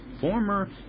former